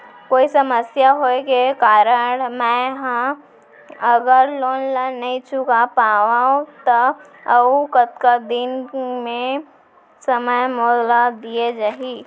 कोई समस्या होये के कारण मैं हा अगर लोन ला नही चुका पाहव त अऊ कतका दिन में समय मोल दीये जाही?